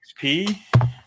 XP